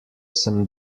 sem